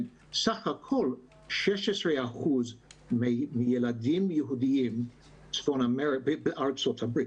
סך הכול 16% מהילדים היהודיים בארצות הברית